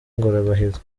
ingorabahizi